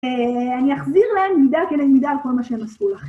אני אחזיר להם מידה כנגד מידה על כל מה שהם עשו לכם.